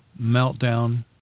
meltdown